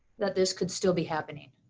that this could still be happening,